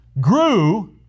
grew